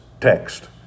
text